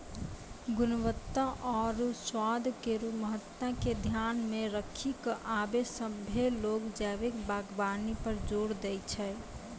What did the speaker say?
गुणवत्ता आरु स्वाद केरो महत्ता के ध्यान मे रखी क आबे सभ्भे लोग जैविक बागबानी पर जोर दै छै